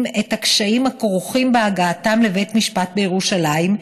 את הקשיים הכרוכים בהגעתם לבית משפט בירושלים.